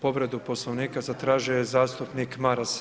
Povredu Poslovnika zatražio je zastupnik Maras.